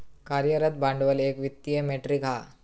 कार्यरत भांडवल एक वित्तीय मेट्रीक हा